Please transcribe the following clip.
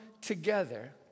together